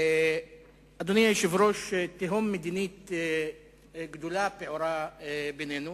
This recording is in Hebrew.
אדוני היושב-ראש, תהום מדינית גדולה פעורה בינינו,